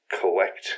collect